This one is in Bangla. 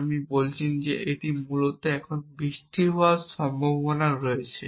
এবং আপনি বলছেন যে এটি মূলত এখনই বৃষ্টি হওয়ার সম্ভাবনা রয়েছে